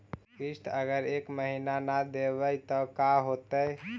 किस्त अगर एक महीना न देबै त का होतै?